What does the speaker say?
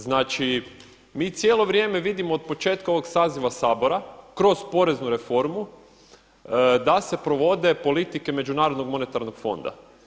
Znači mi cijelo vrijeme vidimo od početka ovog saziva Sabora kroz poreznu reformu da se provode politike Međunarodnog monetarnog fonda.